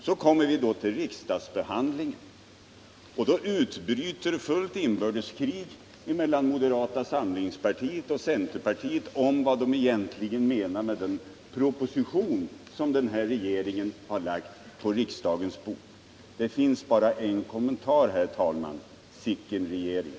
Så kommer då ärendet upp till behandling i kammaren. Då utbryter fullt inbördeskrig mellan moderata samlingspartiet och centerpartiet om vad man egentligen menar med den proposition som regeringen har lagt fram. Det finns bara en kommentar, herr talman: Sicken regering!